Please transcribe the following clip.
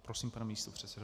Prosím, pane místopředsedo.